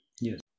Yes